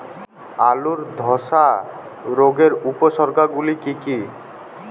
আলুর ধসা রোগের উপসর্গগুলি কি কি?